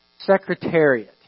Secretariat